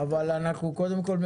קודם כול,